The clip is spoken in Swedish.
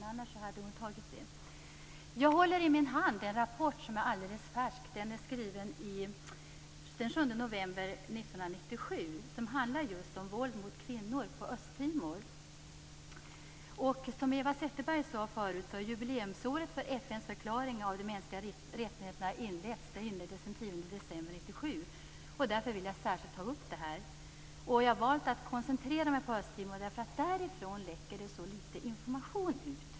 Annars hade hon talat om det. Jag håller i min hand en rapport som är alldeles färsk. Den är daterad den 7 november 1997 och handlar just om våld mot kvinnor i Östtimor. Som Eva Zetterberg förut sade har jubileumsåret för FN:s förklaring av de mänskliga rättigheterna inletts. Det inleddes den 10 december 1997. Därför vill jag särskilt ta upp detta. Jag har valt att koncentrera mig på Östtimor eftersom det därifrån läcker ut så litet information.